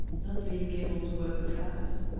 not being able to work a traverse.